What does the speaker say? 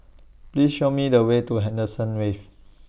Please Show Me The Way to Henderson Wave